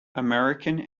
american